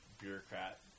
bureaucrat